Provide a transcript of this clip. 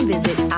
visit